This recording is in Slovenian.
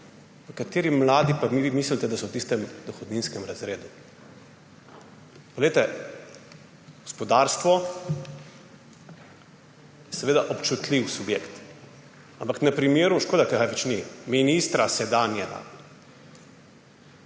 Kateri mladi pa vi mislite, da so v tistem dohodninskem razredu? Gospodarstvo je seveda občutljiv subjekt. Ampak na primeru – škoda, ker ga več ni – sedanjega